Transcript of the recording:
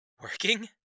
working